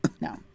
No